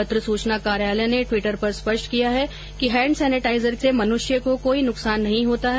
पत्र सूचना कार्यालय ने ट्वीटर पर स्पष्ट किया है कि हैंड सैनिटाइजर से मनुष्य को कोई नुकसान नहीं होता है